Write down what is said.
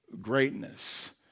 greatness